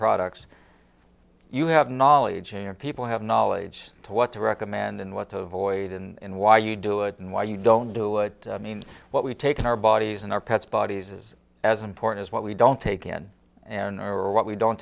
products you have knowledge and people have knowledge to what to recommend and what to avoid and why you do it and why you don't do what i mean what we take in our bodies and our pets bodies is as important as what we don't take in and or what we don't